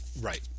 Right